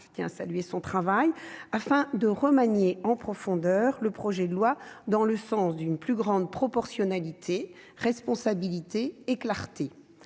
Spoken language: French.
je tiens à saluer le travail, afin de remanier en profondeur le projet de loi dans le sens d'une plus grande proportionnalité, de la responsabilité et de la clarté.